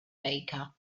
baker